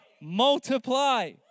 Multiply